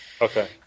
Okay